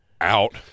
Out